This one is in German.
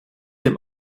dem